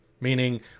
meaning